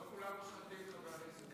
לא כולם מושחתים, חבר הכנסת